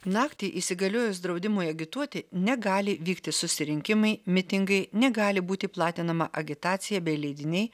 naktį įsigaliojus draudimui agituoti negali vykti susirinkimai mitingai negali būti platinama agitacija bei leidiniai